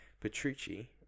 Petrucci